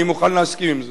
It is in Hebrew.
אני מוכן להסכים עם זאת.